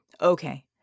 Okay